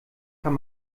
kann